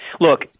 look